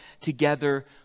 together